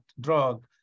drug